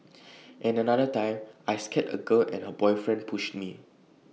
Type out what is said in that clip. and another time I scared A girl and her boyfriend pushed me